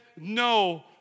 no